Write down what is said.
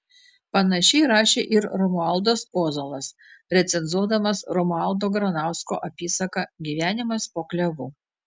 panašiai rašė ir romualdas ozolas recenzuodamas romualdo granausko apysaką gyvenimas po klevu